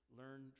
learn